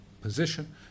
position